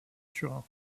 turin